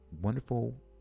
wonderful